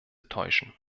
täuschen